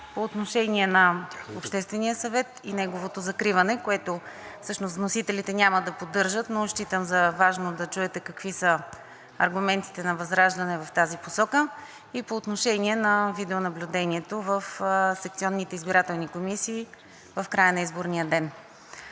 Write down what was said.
по отношение на Обществения съвет и неговото закриване, което всъщност вносителите няма да поддържат, но считам за важно да чуете какви са аргументите на ВЪЗРАЖДАНЕ в тази посока, и по отношение на видеонаблюдението в секционните избирателни комисии в края на изборния ден,